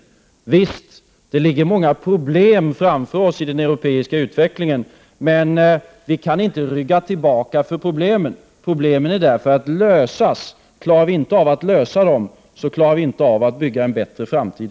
Javisst, det ligger många problem framför oss i den europeiska utvecklingen, men vi kan inte rygga tillbaka för dem. Problemen är där för att lösas. Klarar vi inte av att lösa dem, så klarar vi inte heller av att bygga en bättre framtid.